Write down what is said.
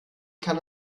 kann